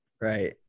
right